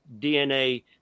DNA